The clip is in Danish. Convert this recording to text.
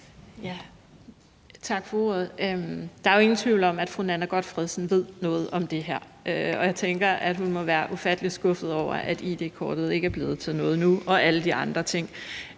Tak for ordet. Der er jo ingen tvivl om, at fru Nanna W. Gotfredsen ved noget om det her, og jeg tænker, at hun må være ufattelig skuffet over, at id-kortet og alle de andre ting